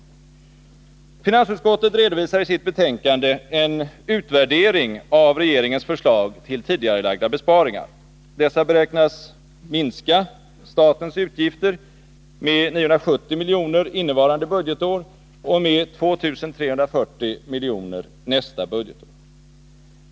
Finansutskottet redovisar i sitt betänkande en utvärdering av regeringens förslag till tidigarelagda besparingar. Dessa beräknas minska statens utgifter med 970 miljoner innevarande budgetår och med 2340 miljoner nästa budgetår.